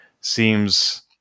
seems